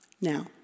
Now